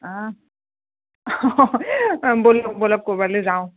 অঁ ব'লক ব'লক কৰবালৈ যাওঁ